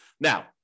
Now